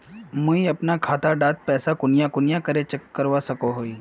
मुई अपना खाता डात पैसा कुनियाँ कुनियाँ चेक करवा सकोहो ही?